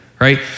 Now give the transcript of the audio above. right